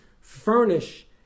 furnish